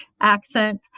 accent